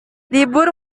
libur